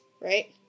right